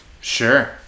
Sure